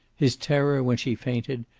his terror when she fainted,